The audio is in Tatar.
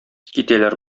китәләр